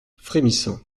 frémissant